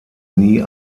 nie